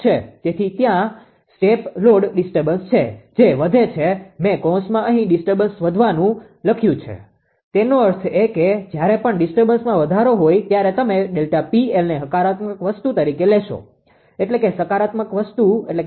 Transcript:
ત્યાં step load disturbance છે જે વધે છે મેં કૌંસમાં અહીં ડિસ્ટર્બન્સ વધવાનું લખ્યું છે તેનો અર્થ એ કે જ્યારે પણ ડિસ્ટર્બન્સમાં વધારો હોય ત્યારે તમે ΔPLને હકારાત્મક વસ્તુ તરીકે લેશો એટલે કે સકારાત્મક મૂલ્ય તરીકે